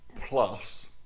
plus